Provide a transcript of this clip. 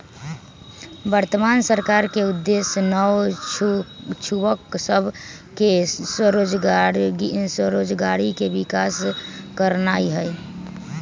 वर्तमान सरकार के उद्देश्य नओ जुबक सभ में स्वरोजगारी के विकास करनाई हई